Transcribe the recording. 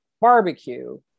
barbecue